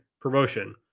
promotion